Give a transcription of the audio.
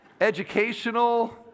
educational